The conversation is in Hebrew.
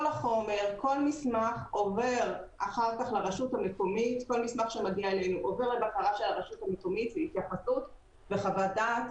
כל המסמך בחומר עובר אחר כך לרשות המקומית להתייחסות ולחוות דעת.